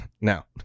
now